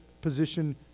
position